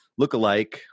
lookalike